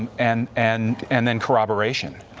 and and and then corroboration.